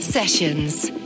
sessions